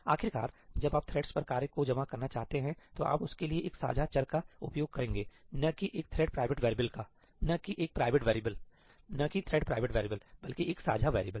आखिरकार जब आप थ्रेड्स पर कार्य को जमा करना चाहते हैं तो आप उसके लिए एक साझा चर का उपयोग करेंगे न कि एक थ्रेड प्राइवेट वैरिएबल का न कि एक प्राइवेट वैरिएबल न कि थ्रेड प्राइवेट वैरिएबल बल्कि एक साझा वैरिएबल